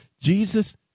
Jesus